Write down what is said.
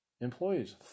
Employees